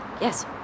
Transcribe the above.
Yes